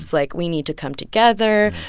like, we need to come together.